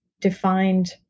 defined